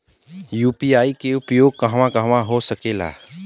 UPI के उपयोग कहवा कहवा हो सकेला?